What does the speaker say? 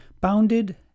Bounded